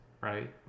right